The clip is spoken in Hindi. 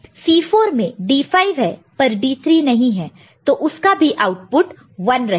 C4 में D5 है पर D3 नहीं है तो उसका भी आउटपुट 1 रहेगा